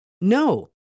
No